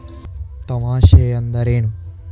ತೇವಾಂಶ ಅಂದ್ರೇನು?